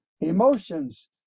emotions